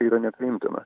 yra nepriimtina